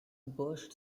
burst